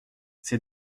c’est